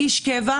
איש קבע,